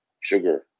sugar